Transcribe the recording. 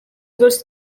was